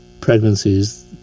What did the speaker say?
pregnancies